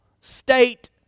state